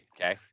okay